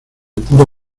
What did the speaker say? puro